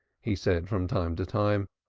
he said from time to time,